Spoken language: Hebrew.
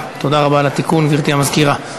תודה רבה על התיקון, גברתי המזכירה.